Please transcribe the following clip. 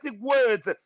words